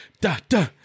Da-da